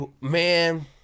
Man